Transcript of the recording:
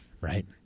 right